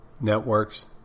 networks